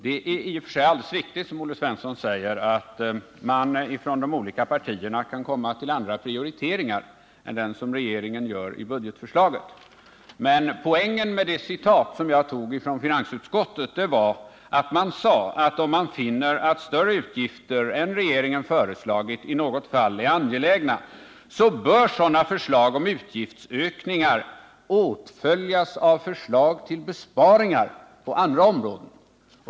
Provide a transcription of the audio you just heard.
Det är i och för sig alldeles riktigt som Olle Svensson säger, att de olika partierna kan komma till andra prioriteringar än den som regeringen gör i budgetförslaget. Men poängen med de citat jag anförde ur finansutskottets betänkande var att man där sade, att om man finner att större utgifter än regeringen föreslagit i något fall är angelägna bör sådana förslag om utgiftsökningar åtföljas av förslag om besparingar på andra områden.